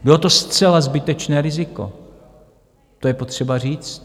Bylo to zcela zbytečné riziko, to je potřeba říct.